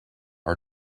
are